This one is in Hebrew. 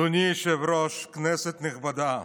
אדוני היושב-ראש, כנסת נכבדה,